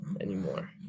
anymore